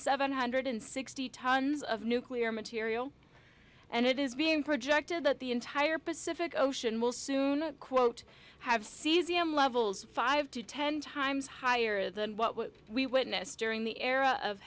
seven hundred sixty tons of nuclear material and it is being projected that the entire pacific ocean will soon quote have cesium levels five to ten times higher than what we witnessed during the era of